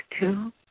two